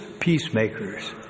peacemakers